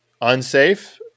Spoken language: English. unsafe